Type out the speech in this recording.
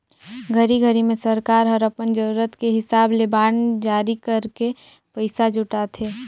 घरी घरी मे सरकार हर अपन जरूरत के हिसाब ले बांड जारी करके पइसा जुटाथे